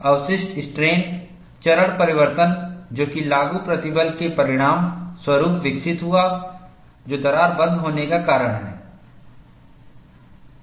अवशिष्ट स्ट्रेन चरण परिवर्तन जोकि लागू प्रतिबल के परिणाम स्वरूप विकसित हुआ जो दरार बंद होने का कारण है